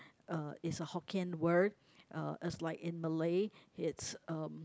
uh is a Hokkien word uh is like in Malay it's um